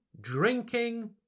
drinking